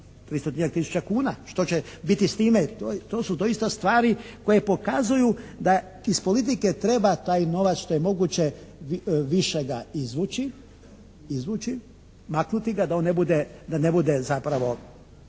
tisuća kuna. Što će biti s time? To su dosita stvari koje pokazuju da iz politike treba taj novac što je moguće više ga izvući, izvući, maknuti ga da on ne bude, da